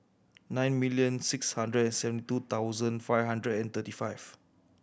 nine million six hundred and seventy two thousand five hundred and thirty five